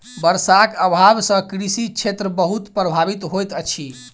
वर्षाक अभाव सॅ कृषि क्षेत्र बहुत प्रभावित होइत अछि